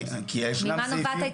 כי ישנם סעיפים.